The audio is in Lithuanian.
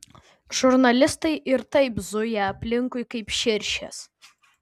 žurnalistai ir taip zuja aplinkui kaip širšės